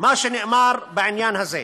מה שנאמר בעניין הזה.